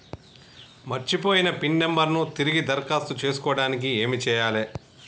మర్చిపోయిన pin number ను తిరిగి దరఖాస్తు చేసుకోవడానికి ఏమి చేయాలే?